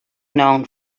known